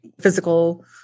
physical